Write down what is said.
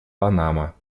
панама